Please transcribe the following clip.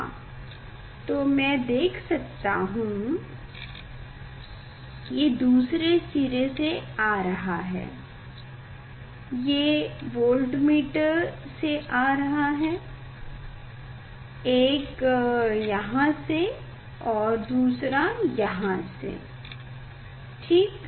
हाँ तो मैं देख सकता हूँ ये दूसरे सिरे से आ रहा है ये वोल्टमीटर से आ रहा है एक यहाँ से और दूसरा यहाँ से ठीक